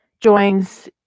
joins